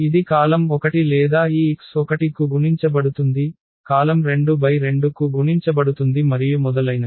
ఇది కాలమ్ 1 లేదా ఈ x1 కు గుణించబడుతుంది కాలమ్ 2 x2 కు గుణించబడుతుంది మరియు మొదలైనవి